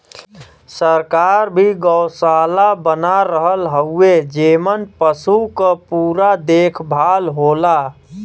सरकार भी गौसाला बना रहल हउवे जेमन पसु क पूरा देखभाल होला